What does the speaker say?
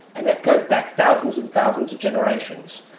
and that goes back thousands and thousands of generations.